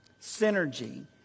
synergy